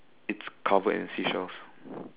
it's covered in seashells